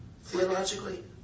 theologically